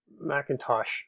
Macintosh